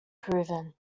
proven